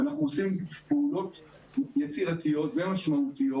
אנחנו עושים פעולות יצירתיות ומשמעותיות